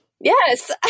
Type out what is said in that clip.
Yes